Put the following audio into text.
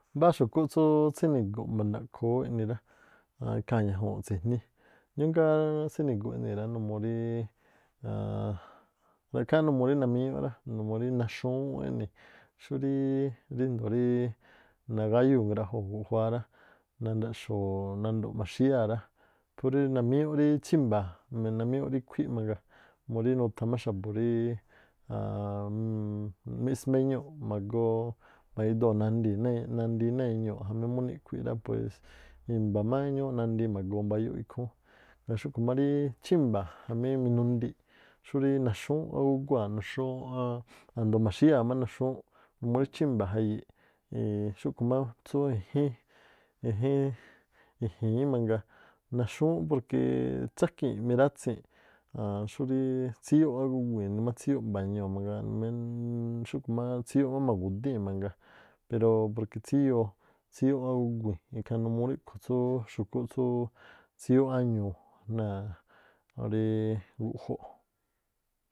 Mbáá xu̱kúꞌ tsú tsíni̱gu̱ꞌ mba̱ndaꞌkoo ú eꞌni rá aan ikhaa̱ ñajuu̱n tsi̱jní. Ñúújngáá tsíni̱gu̱ꞌ eꞌnii̱ rá rá̱, ra̱kháá numuu rí namíñúꞌ, numuu rí naxúŋúú ú eꞌnii̱, xúrí rindoo̱ nagáyúu̱ ngraꞌjoo̱ guꞌguáá ra, nnda̱xo̱o̱ nando̱ꞌ mba̱xíyáa̱ rá phú rí namíñúꞌ rí chímba̱a̱, namíñúꞌ ríꞌkhuíꞌ mangaa murí nutha má xa̱bu̱ rí miꞌsmbaꞌ iñuu̱ꞌ, magoo ma̱gi̱ꞌdoo̱ nandii̱ náa̱ nandii náa̱ iñuu̱ꞌ jamí mú niꞌkhui̱ rá i̱mba̱ má ñúúꞌ nandii ma̱goo mba̱yóꞌ ikhúún, ngaa̱ xúꞌkhu̱ má rí chímba̱a̱ jamí minundii̱ꞌ xúrí naxúŋúu̱ꞌ ágúguáa̱ꞌ naxúŋúu̱ꞌ á a̱ndoo̱ mba̱xíyáa̱ má naxúŋúu̱ꞌ, murí chímba̱a̱ jayii̱ꞌ. xúꞌkhu̱ má tsú i̱jín-e̱jíín- i̱ji̱ñí- mangaa naxúŋúu̱ꞌ porque tságii̱n mirátsii̱nꞌ aan xúrí tsíyóo̱ꞌ ágúguii̱n nimá tsíyóꞌ mba̱ñuu̱ mangaa xúꞌkhu̱ má tsíꞌyóꞌ má ma̱gu̱dii̱n mangaa pero porque tsíyoo tsíꞌyóꞌ ágúguii̱n ikhaa numuu rí ríꞌkhui̱ tsú xu̱kúꞌ tsúú tsíꞌyóꞌ áñuu̱ náa̱ ríí guꞌjóꞌ.